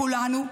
כולנו,